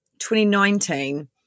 2019